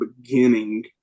beginning